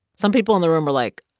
some people in the room were like,